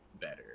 better